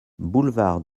boulevard